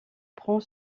prend